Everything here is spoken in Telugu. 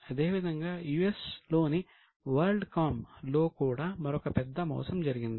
అదేవిధంగా యుఎస్ లో కూడా మరొక పెద్ద మోసం జరిగింది